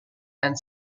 and